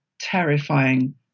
terrifying